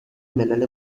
ملل